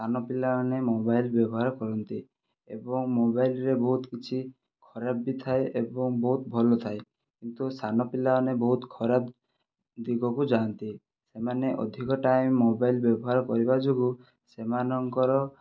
ସାନ ପିଲାମାନେ ମୋବାଇଲ ବ୍ୟବହାର କରନ୍ତି ଏବଂ ମୋବାଇଲରେ ବହୁତ କିଛି ଖରାପ ବି ଥାଏ ଏବଂ ବହୁତ ଭଲ ଥାଏ କିନ୍ତୁ ସାନ ପିଲାମାନେ ବହୁତ ଖରାପ ଦିଗକୁ ଯାଆନ୍ତି ସେମାନେ ଅଧିକ ଟାଇମ ମୋବାଇଲ ବ୍ୟବହାର କରିବା ଯୋଗୁଁ ସେମାନଙ୍କର